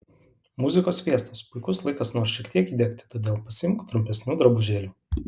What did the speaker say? muzikos fiestos puikus laikas nors šiek tiek įdegti todėl pasiimk trumpesnių drabužėlių